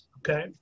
okay